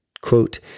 Quote